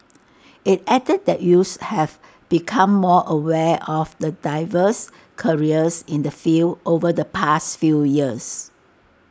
IT added that youths have become more aware of the diverse careers in the field over the past few years